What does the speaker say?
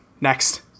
Next